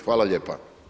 Hvala lijepa.